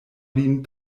lin